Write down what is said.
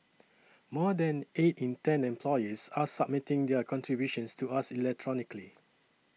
more than eight in ten employers are submitting their contributions to us electronically